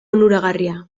onuragarria